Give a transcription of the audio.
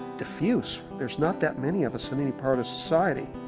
diffuse. there's not that many of us in any part of society